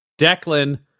Declan